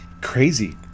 crazy